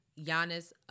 Giannis